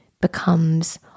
becomes